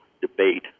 debate